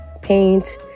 paint